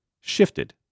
shifted